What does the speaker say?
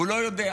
הוא לא יודע.